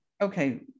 okay